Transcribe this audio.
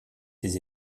ses